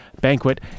banquet